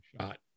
shot